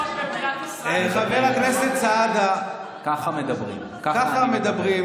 רבותיי עם ישראל, ככה לא צריך